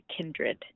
kindred